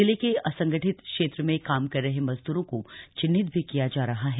जिले के असंगठित क्षेत्र में काम कर रहे मजदूरों को चिह्नित भी किया जा रहा है